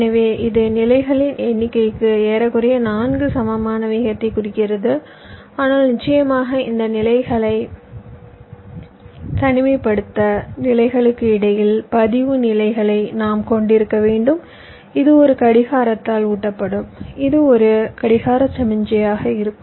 எனவே இது நிலைகளின் எண்ணிக்கைக்கு ஏறக்குறைய 4 சமமான வேகத்தைக் குறிக்கிறது ஆனால் நிச்சயமாக இந்த நிலைகளை தனிமைப்படுத்த நிலைகளுக்கு இடையில் பதிவு நிலைகளை நாம் கொண்டிருக்க வேண்டும் இது ஒரு கடிகாரத்தால் ஊட்டப்படும் இது ஒரு கடிகார சமிக்ஞையாக இருக்கும்